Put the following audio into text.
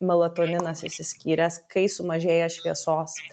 melatoninas išsiskyręs kai sumažėja šviesos